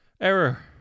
Error